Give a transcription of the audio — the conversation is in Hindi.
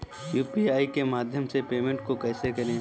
यू.पी.आई के माध्यम से पेमेंट को कैसे करें?